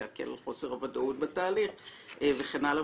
להקל על חוסר הוודאות בתהליך וכן הלאה.